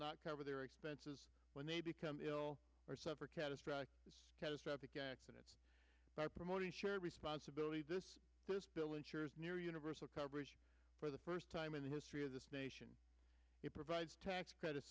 not cover their expenses when they become ill or suffer catastrophic catastrophic accident by promoting shared responsibility this this bill ensures near universal coverage for the first time in the history of this nation it provides tax credits